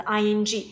ing